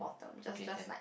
okay can